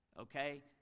Okay